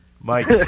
Mike